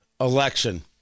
election